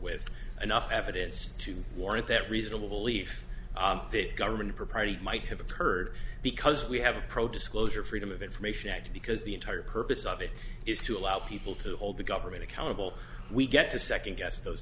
with enough evidence to warrant that reasonable belief that government propriety might have occurred because we have a pro disclosure freedom of information act because the entire purpose of it is to allow people to hold the government accountable we get to second guess those